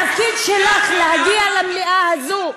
התפקיד שלך הוא להגיע למליאה הזאת,